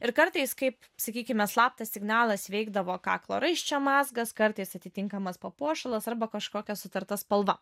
ir kartais kaip sakykime slaptas signalas veikdavo kaklo raiščio mazgas kartais atitinkamas papuošalas arba kažkokia sutarta spalva